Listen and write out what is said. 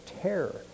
terror